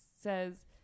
says